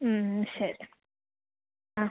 മ്മ് ശരി ആ